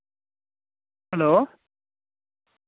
hello